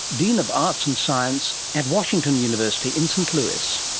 dean of arts and science at washington university in st louis.